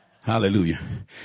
Hallelujah